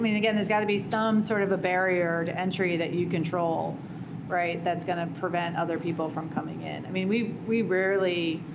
i mean again, there's got to be some sort of a barrier to entry that you control that's going to prevent other people from coming in. i mean we we rarely,